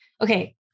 okay